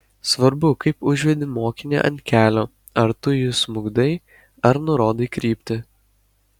svarbu kaip užvedi mokinį ant kelio ar tu jį smukdai ar nurodai kryptį